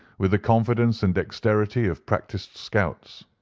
with the confidence and dexterity of practised scouts.